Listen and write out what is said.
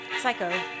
Psycho